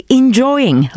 enjoying